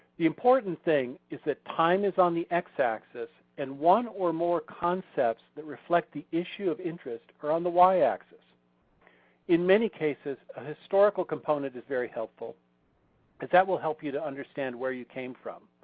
the important thing is that time is on the x-axis and one or more concepts that reflect the issue of interest are on the y-axis. in many cases a historical component is very helpful because that will help you to understand where you came from.